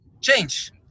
change